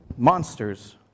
monsters